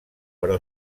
però